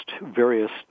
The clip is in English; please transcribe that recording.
various